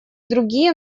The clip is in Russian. другие